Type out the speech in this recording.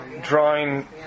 drawing